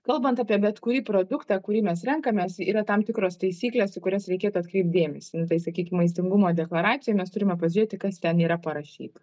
kalbant apie bet kurį produktą kurį mes renkamės yra tam tikros taisyklės į kurias reikėtų atkreipt dėmesį nu tai sakykim maistingumo deklaracijoj mes turime pažiūrėti kas ten yra parašyta